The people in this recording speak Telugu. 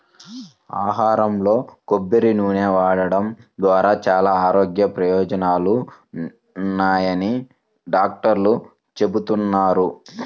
ఆహారంలో కొబ్బరి నూనె వాడటం ద్వారా చాలా ఆరోగ్య ప్రయోజనాలున్నాయని డాక్టర్లు చెబుతున్నారు